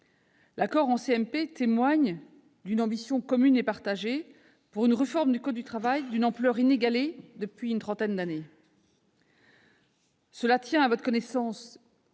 paritaire témoigne d'une ambition commune et partagée pour une réforme du code du travail d'une ampleur inégalée depuis une trentaine d'années. Cela tient à votre connaissance